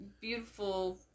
beautiful